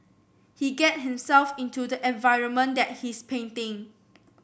he get himself into the environment that he's painting